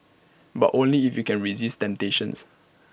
but only if you can resist temptations